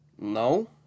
No